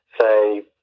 say